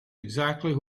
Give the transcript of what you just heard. exactly